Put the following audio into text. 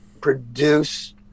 produce